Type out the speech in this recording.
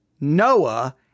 Noah